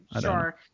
sure